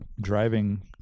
driving